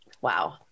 Wow